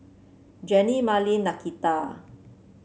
Jenny Marlen Nakita